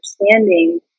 understanding